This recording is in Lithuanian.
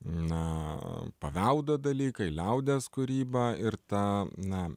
na paveldo dalykai liaudies kūryba ir ta na